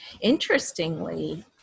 Interestingly